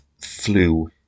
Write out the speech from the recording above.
flu